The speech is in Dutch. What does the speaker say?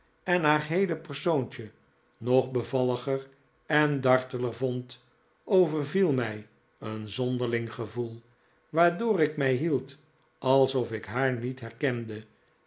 en haar heele persoontje nog bevalliger en darteler vond overviel mij een zonderling gevoel waardoor ik mij hield alsof ik haar niet herkende